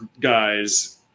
guys